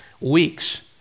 weeks